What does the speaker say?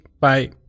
Bye